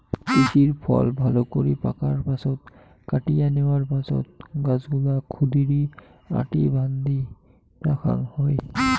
তিসির ফল ভালকরি পাকার পাছত কাটিয়া ন্যাওয়ার পাছত গছগুলাক ক্ষুদিরী আটি বান্ধি রাখাং হই